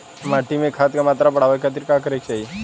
माटी में खाद क मात्रा बढ़ावे खातिर का करे के चाहीं?